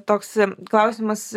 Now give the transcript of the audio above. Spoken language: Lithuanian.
toks klausimas